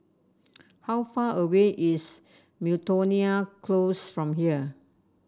how far away is Miltonia Close from here